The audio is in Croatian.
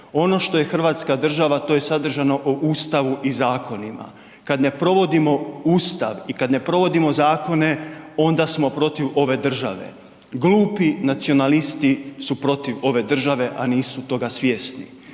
ono što je hrvatska država, to je sadržano u Ustavu i zakonima. Kad ne provodimo Ustav i kad ne provodimo zakone, onda smo protiv ove države. Glupi nacionalisti su protiv ove države a nisu toga svjesni.